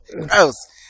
gross